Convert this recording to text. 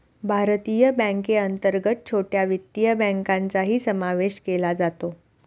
भारतीय बँकेअंतर्गत छोट्या वित्तीय बँकांचाही समावेश केला जातो